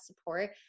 support